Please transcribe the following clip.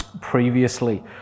previously